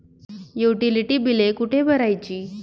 Utility बिले कुठे भरायची?